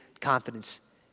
confidence